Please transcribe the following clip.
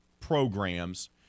programs